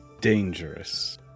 dangerous